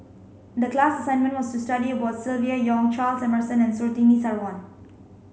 the class assignment was to study about Silvia Yong Charles Emmerson and Surtini Sarwan